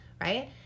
right